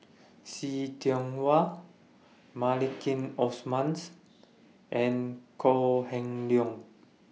See Tiong Wah Maliki and Kok Heng Leun